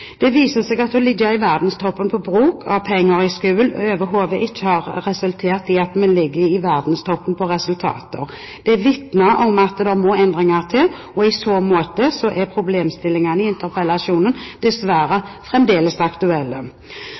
Det viser seg at det å ligge i verdenstoppen på bruk av penger i skolen, overhodet ikke har resultert i at vi ligger i verdenstoppen når det gjelder resultater. Det vitner om at det må endringer til, og i så måte er problemstillingene i interpellasjonen dessverre fremdeles aktuelle.